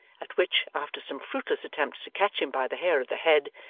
at which, after some fruitless attempts to catch him by the hair of the head,